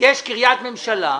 יש קריית ממשלה,